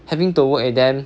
having to work with them